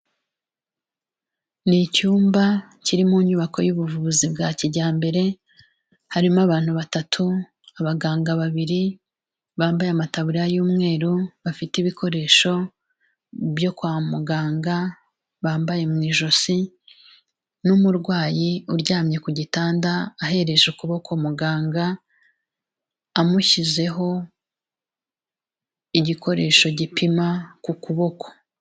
Ni icyumba kiri mu nyubako y'ubuvuzi bwa kijyambere, harimo abantu batatu, abaganga babiri bambaye amataburiya y'umweru, bafite ibikoresho byo kwa muganga bambaye mu ijosi n'umurwayi uryamye ku gitanda ahereje ukuboko muganga, amushyizeho igikoresho gipima ku kuboko.